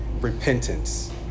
repentance